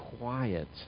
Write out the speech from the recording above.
Quiet